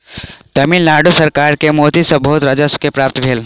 तमिल नाडु सरकार के मोती सॅ बहुत राजस्व के प्राप्ति भेल